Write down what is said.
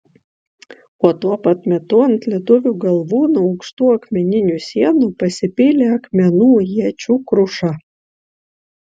o tuo pat metu ant lietuvių galvų nuo aukštų akmeninių sienų pasipylė akmenų iečių kruša